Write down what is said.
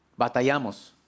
batallamos